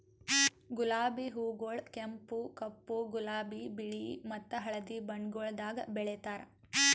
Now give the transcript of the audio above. ಗುಲಾಬಿ ಹೂಗೊಳ್ ಕೆಂಪು, ಕಪ್ಪು, ಗುಲಾಬಿ, ಬಿಳಿ ಮತ್ತ ಹಳದಿ ಬಣ್ಣಗೊಳ್ದಾಗ್ ಬೆಳೆತಾರ್